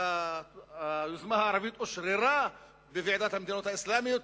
היוזמה הערבית אושררה בוועידת המדינות האסלאמיות